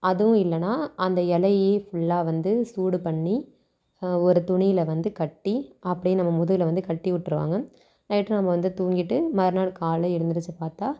அதுவுமில்லனா அந்த இலையயும் ஃபுல்லாக வந்து சூடு பண்ணி ஒரு துணியில் வந்து கட்டி அப்படியே நம்ம முதுகில் வந்து கட்டி விட்ருவாங்க நைட்டு நம்ம வந்து தூங்கிவிட்டு மறுநாள் காலைல எழுந்திரிச்சி பார்த்தா